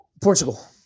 portugal